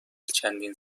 چندین